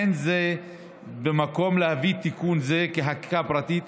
אין זה במקום להביא תיקון זה כחקיקה פרטית,